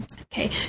okay